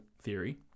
theory